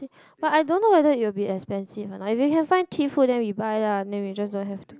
but I don't know whether it will be expensive or not if you can find tea food then we buy lah then we just don't have to